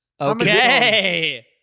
Okay